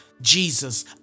Jesus